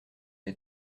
des